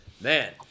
man